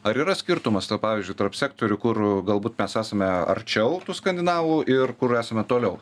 ar yra skirtumas tarp pavyzdžiui tarp sektorių kur galbūt mes esame arčiau tų skandinavų ir kur esame toliau